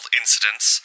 incidents